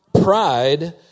pride